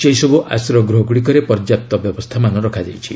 ସେହିସବୁ ଆଶ୍ରୟଗ୍ହଗୁଡ଼ିକରେ ପର୍ଯ୍ୟାପ୍ତ ବ୍ୟବସ୍ଥାମାନ ରହିଛି